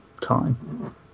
time